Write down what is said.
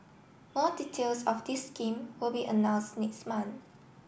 more details of this scheme will be announced next month